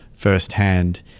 firsthand